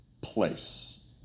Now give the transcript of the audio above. place